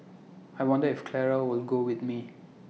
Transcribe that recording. I wonder if Clara will go with me